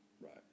Right